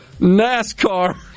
NASCAR